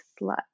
slut